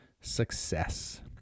success